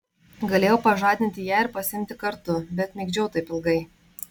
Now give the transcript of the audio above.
galėjau pažadinti ją ir pasiimti kartu bet migdžiau taip ilgai